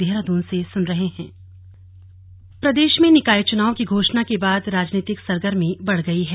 slug चुनाव तैयारी प्रदेश में निकाय चुनाव की घोषणा के बाद राजनीतिक सरगर्मी बढ़ गई है